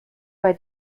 bei